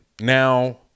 Now